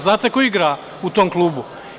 Znate li ko igra u tom klubu?